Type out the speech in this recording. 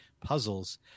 puzzles